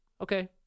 okay